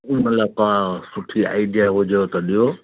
मतिलब का सुठी आईडिया हुजेव त ॾियो